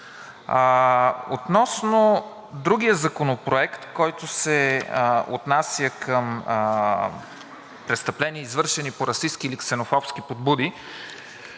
Относно другия законопроект, който се отнася към престъпления, извършени по расистки или ксенофобски подбуди.